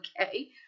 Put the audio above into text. okay